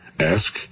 Ask